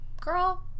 girl